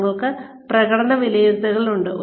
ഞങ്ങൾക്ക് പ്രകടന വിലയിരുത്തലുകൾ ഉണ്ട്